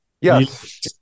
Yes